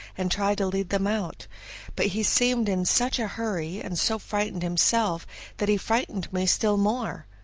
and try to lead them out but he seemed in such a hurry and so frightened himself that he frightened me still more.